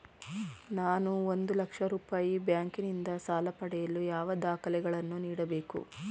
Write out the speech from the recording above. ನಾನು ಒಂದು ಲಕ್ಷ ರೂಪಾಯಿ ಬ್ಯಾಂಕಿನಿಂದ ಸಾಲ ಪಡೆಯಲು ಯಾವ ದಾಖಲೆಗಳನ್ನು ನೀಡಬೇಕು?